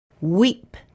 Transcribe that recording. Weep